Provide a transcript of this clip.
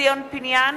ציון פיניאן,